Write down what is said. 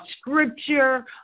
scripture